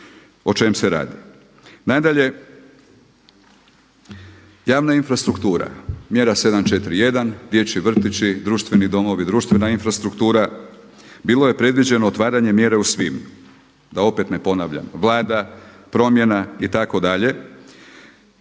O čemu se radi?